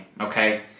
okay